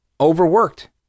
overworked